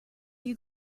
you